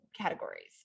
categories